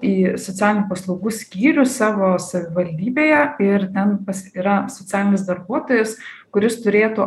į socialinių paslaugų skyrių savo savivaldybėje ir ten pas yra socialinis darbuotojas kuris turėtų